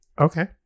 Okay